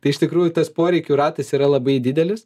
tai iš tikrųjų tas poreikių ratas yra labai didelis